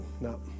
no